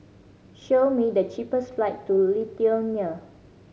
show me the cheapest flight to Lithuania